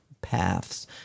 paths